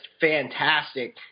fantastic